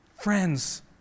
Friends